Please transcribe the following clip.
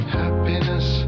happiness